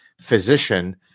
physician